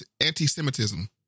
anti-Semitism